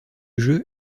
jeu